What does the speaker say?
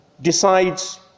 decides